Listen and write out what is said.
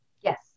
Yes